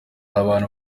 abantu